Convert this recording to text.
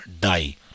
die